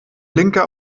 blinker